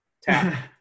tap